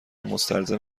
مستلزم